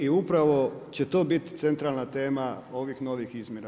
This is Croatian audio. I upravo će to biti centralan tema ovih novih izmjena.